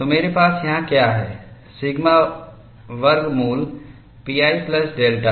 तो मेरे पास यहाँ क्या है सिग्मा वर्ग मूल pi प्लस डेल्टा